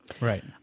Right